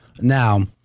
Now